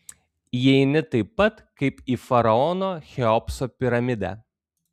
įeini taip pat kaip į faraono cheopso piramidę